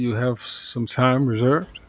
you have some time reserved